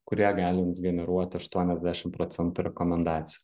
kurie gali jums generuoti aštuoniasdešim procentų rekomendacijų